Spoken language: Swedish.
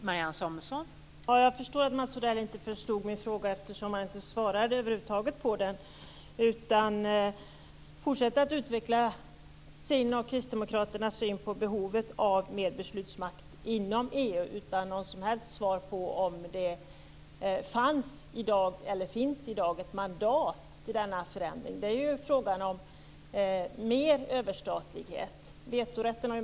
Fru talman! Jag förstår att Mats Odell inte förstod min fråga eftersom han över huvud taget inte svarade på den. Han fortsätter att utveckla sin och kristdemokraternas syn på behovet av mer beslutsmakt inom EU utan något som helst svar på om det i dag finns ett mandat till denna förändring. Det är fråga om mer överstatlighet.